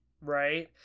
right